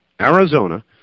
Arizona